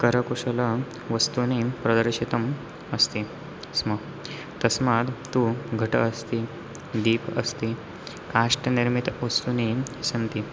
करकुशलवस्तूनि प्रदर्शितम् अस्ति स्म तस्मात् तु घटः अस्ति दीपः अस्ति काष्ठनिर्मितवस्तूनि सन्ति